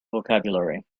vocabulary